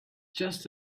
just